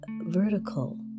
vertical